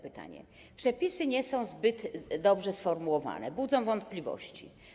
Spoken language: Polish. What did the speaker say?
Przepisy nie są zbyt dobrze sformułowane, budzą wątpliwości.